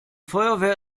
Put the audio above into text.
feuerwehr